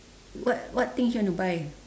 what what things you want to buy